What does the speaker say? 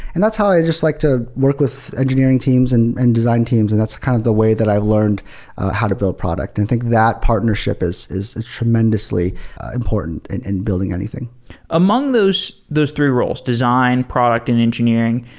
and that's how i just like to work with engineering teams and and design teams and that's kind of the way that i've learned how to build product. and think that partnership is is tremendously important in building anything among those those three roles design, product and engineering,